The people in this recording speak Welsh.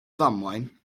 ddamwain